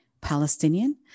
Palestinian